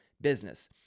business